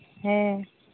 ᱦᱮᱸ